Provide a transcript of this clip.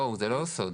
בואו, זה לא סוד.